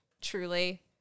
Truly